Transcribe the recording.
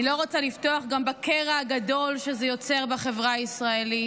אני לא רוצה לפתוח גם בקרע הגדול שזה יוצר בחברה הישראלית,